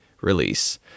release